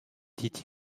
dit